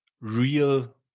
real